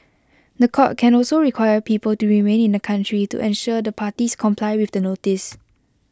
The Court can also require people to remain in the country to ensure the parties comply with the notice